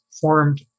formed